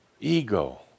Ego